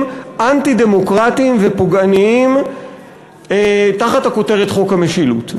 אנטי-דמוקרטיים ופוגעניים תחת הכותרת "חוק המשילות"?